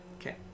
Okay